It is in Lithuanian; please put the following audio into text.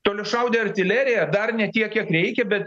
toliašaudę artileriją dar ne tiek kiek reikia bet